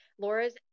Laura's